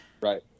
right